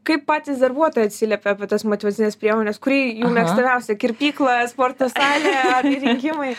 kaip patys darbuotojai atsiliepia apie tas motyvacines priemones kuri jų mėgstamiausia kirpykla sporto salė ar rinkimai